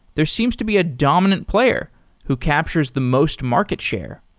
there seems to be a dominant player who captures the most market share.